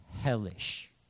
hellish